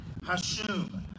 Hashum